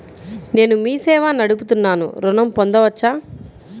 నేను మీ సేవా నడుపుతున్నాను ఋణం పొందవచ్చా?